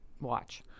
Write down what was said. watch